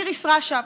איריס רשפ,